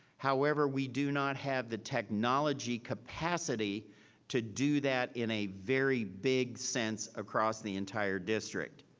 however, we do not have the technology capacity to do that in a very big sense across the entire district.